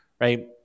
right